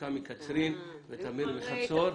רבקה מקצרין ותמיר מחצור.